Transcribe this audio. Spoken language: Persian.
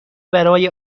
برای